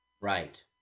Right